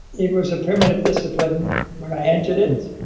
it was a primitive discipline when i entered it.